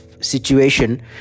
situation